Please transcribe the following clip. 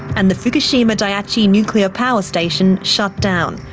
and the fukushima daiichi nuclear power station shut down,